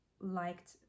liked